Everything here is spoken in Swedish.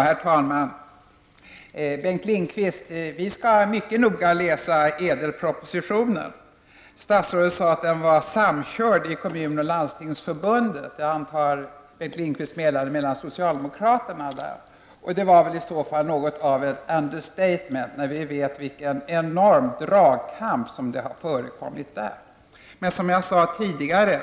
Herr talman! Vi skall läsa ÄDEL-propositionen mycket noga, Bengt Lindqvist. Statsrådet sade att den var samkörd med kommun och landstingsförbunden. Jag antar att Bengt Lindqvist menar mellan socialdemokraterna där. Det är i så fall något av ett understatement när vi vet vilken enorm dragkamp som har förekommit. Men, vilket jag sade tidigare,